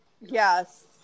yes